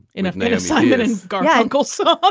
enough native this guy goes so ah